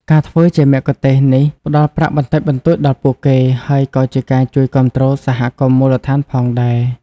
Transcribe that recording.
ការធ្វើជាមគ្គុទ្ទេសក៏នេះផ្ដល់ប្រាក់បន្តិចបន្តួចដល់ពួកគេ ហើយក៏ជាការជួយគាំទ្រសហគមន៍មូលដ្ឋានផងដែរ។